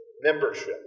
membership